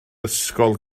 ysgol